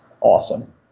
awesome